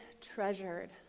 treasured